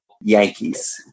Yankees